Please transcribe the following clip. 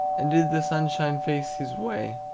and did the sunshine face his way?